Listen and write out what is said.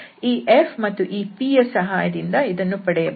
ಈ f ಮತ್ತು ಈ p ಯ ಸಹಾಯದಿಂದ ಇದನ್ನು ಪಡೆಯಬಹುದು